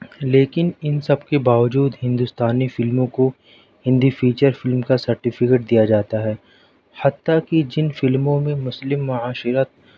لیکن ان سب کے باوجود ہندوستانی فلموں کو ہندی فیچر فلم کا سرٹیفکٹ دیا جاتا ہے حتیٰ کی جن فلموں میں مسلم معاشرت